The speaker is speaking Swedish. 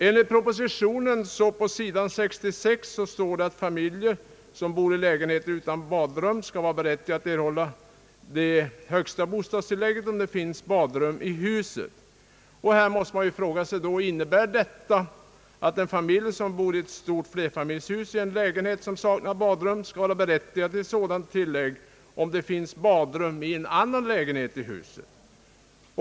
På sidan 66 i propositionen står det att familjer som bor i lägenheter utan badrum skall vara berättigade att erhålla det högsta bostadstillägget, om det finns badrum i huset. Innebär detta att en familj som bor i ett flerfamiljshus i en lägenhet som saknar badrum skall vara berättigad till sådant tillägg om det finns badrum i en annan lägenhet i huset?